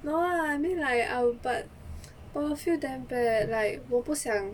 no lah I mean like but but I'll feel damn bad like 我不想